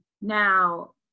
now